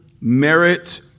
merit